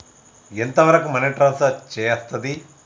ఎంత వరకు money transfer చేయస్తది?